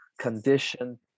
condition